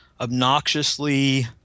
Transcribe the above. obnoxiously